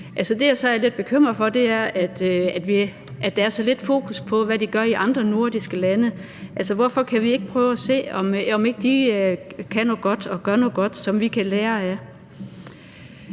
Det, jeg så er lidt bekymret for, er, at der er så lidt fokus på, hvad de gør i de andre nordiske lande. Hvorfor kan vi ikke prøve at se, om ikke de kan noget godt og gør noget godt, som vi kan lære af?